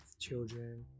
children